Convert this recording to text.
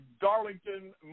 Darlington